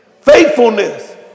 Faithfulness